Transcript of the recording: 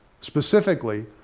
specifically